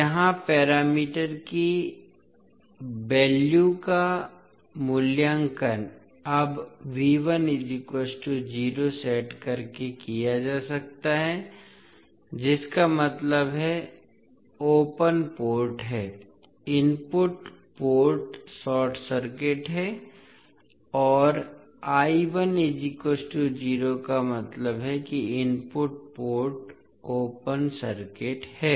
यहां पैरामीटर की वैल्यू की मूल्यांकन अब सेट करके किया जा सकता है जिसका मतलब है ओपन पोर्ट है इनपुट पोर्ट शॉर्ट सर्किट है और का मतलब है कि इनपुट पोर्ट ओपन सर्किट है